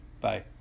Bye